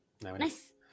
Nice